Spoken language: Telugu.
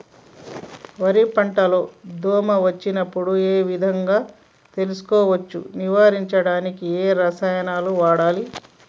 వరి పంట లో దోమ వచ్చినప్పుడు ఏ విధంగా తెలుసుకోవచ్చు? నివారించడానికి ఏ రసాయనాలు వాడాలి?